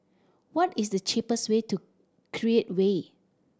what is the cheapest way to Create Way